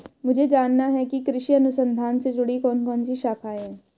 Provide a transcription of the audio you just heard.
मुझे जानना है कि कृषि अनुसंधान से जुड़ी कौन कौन सी शाखाएं हैं?